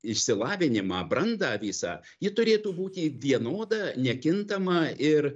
išsilavinimą brandą visą ji turėtų būti vienoda nekintama ir